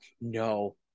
no